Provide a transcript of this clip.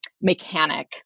mechanic